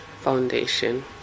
foundation